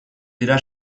dira